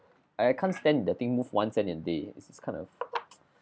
I I can't stand the thing move one cent a day it's it's kinda